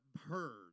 heard